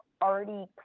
already